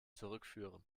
zurückführen